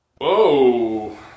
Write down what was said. whoa